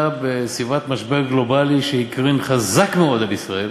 בסביבת משבר גלובלי שהקרין חזק מאוד על ישראל,